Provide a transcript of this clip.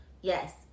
yes